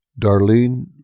Darlene